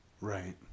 Right